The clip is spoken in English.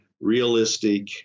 realistic